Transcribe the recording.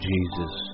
Jesus